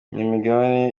n’imigabane